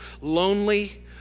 lonely